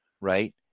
right